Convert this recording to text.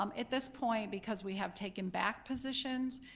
um at this point, because we have taken back positions,